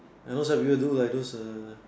and most of you do like those uh